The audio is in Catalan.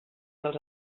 dels